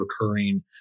recurring